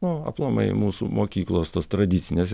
o aplamai mūsų mokyklos tos tradicinės